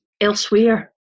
elsewhere